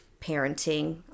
parenting